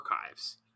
archives